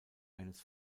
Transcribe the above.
eines